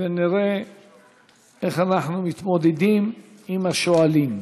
אין מתנגדים ואין נמנעים.